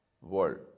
world